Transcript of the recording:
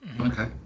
Okay